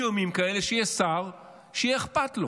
יהיו ימים כאלה שיהיה שר שיהיה אכפת לו,